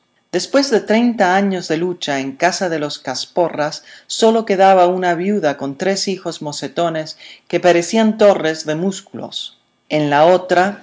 después de treinta años de lucha en casa de los casporras sólo quedaba una viuda con tres hijos mocetones que parecían torres de músculos en la otra